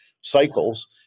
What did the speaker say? cycles